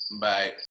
Bye